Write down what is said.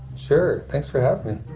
sure. thanks for having me